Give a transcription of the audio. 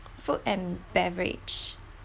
food and beverage